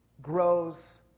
grows